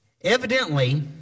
Evidently